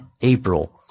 April